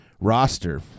roster